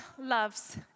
loves